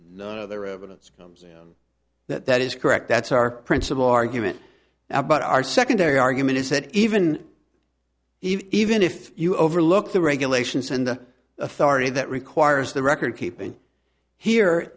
out of their evidence comes that that is correct that's our principle argument now but our secondary argument is that even even if you overlook the regulations and the authority that requires the record keeping here